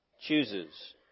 chooses